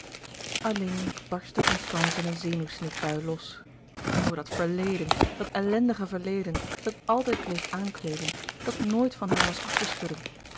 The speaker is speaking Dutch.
alleen barstte constance in een zenuwsnikbui los o dat verleden dat ellendige verleden dat altijd bleef aankleven dat nooit van haar was af te schudden